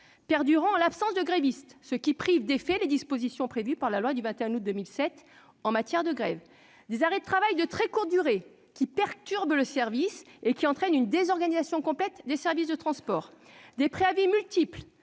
perdurent en l'absence de grévistes, privant d'effet les dispositions prévues par la loi du 21 août 2007 en matière de grève. Je pense aussi aux arrêts de travail de très courte durée, qui perturbent le service et entraînent une désorganisation complète des services de transport. Je pense